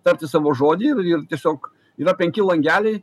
tarti savo žodį ir ir tiesiog yra penki langeliai